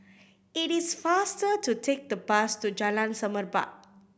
it is faster to take the bus to Jalan Semerbak